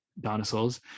dinosaurs